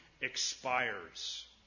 expires